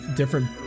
different